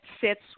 sits